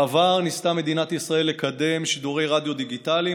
בעבר ניסתה מדינת ישראל לקדם שידורי רדיו דיגיטליים,